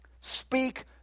Speak